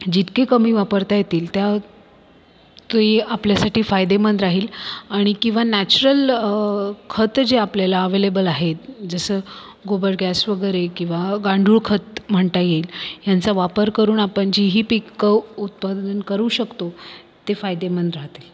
जितकी कमी वापरता येतील त्या ती आपल्यासाठी फायदेमंद राहील आणि किंवा नॅच्युरल खतं जी आपल्याला अवेलेबल आहेत जसं गोबर गॅस वगेरे किंवा गांडूळ खत म्हणता येईल ह्यांचा वापर करून आपण जी ही पिकं उत्पादन करू शकतो ते फायदेमंद राहतील